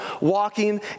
walking